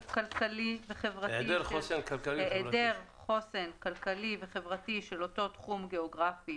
(ב)היעדר חוסן כלכלי וחברתי של אותו תחום גיאוגרפי